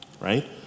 right